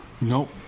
Nope